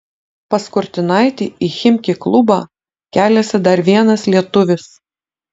pas kurtinaitį į chimki klubą keliasi dar vienas lietuvis